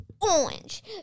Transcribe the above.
Orange